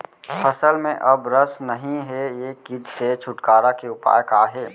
फसल में अब रस नही हे ये किट से छुटकारा के उपाय का हे?